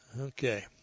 Okay